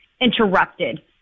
interrupted